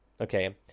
okay